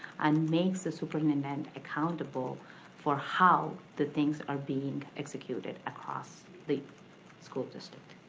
and makes the superintendent accountable for how the things are being executed across the school district.